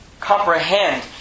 comprehend